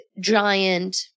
giant